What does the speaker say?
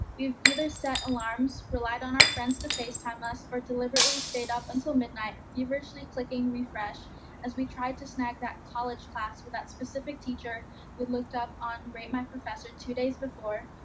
we've either set alarms, relied on our friends to facetime us, or deliberately stayed up until midnight, feverishly clicking refresh as we tried to snag that college class with that specific teacher we looked up on rate my professor two days before,